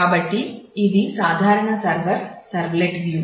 కాబట్టి ఇది సాధారణ సర్వర్ సర్వ్లెట్ వ్యూ